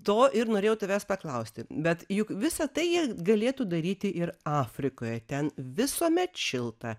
to ir norėjau tavęs paklausti bet juk visa tai jie galėtų daryti ir afrikoj ten visuomet šilta